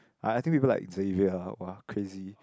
I I think people like Xavier ah [wah] crazy